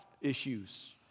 issues